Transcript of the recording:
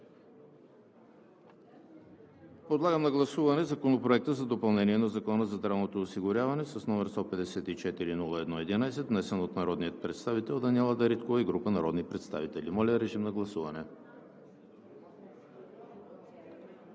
Подлагам на гласуване Законопроект за допълнение на Закона за здравното осигуряване с № 154-01-11, внесен от народния представител Даниела Дариткова и група народни представители. Гласували